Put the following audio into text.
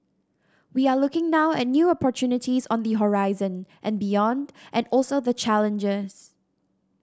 we are looking now at new opportunities on the horizon and beyond and also the challenges